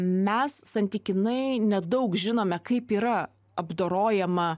mes santykinai nedaug žinome kaip yra apdorojama